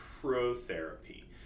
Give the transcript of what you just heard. pro-therapy